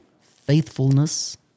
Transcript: faithfulness